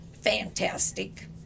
fantastic